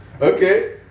okay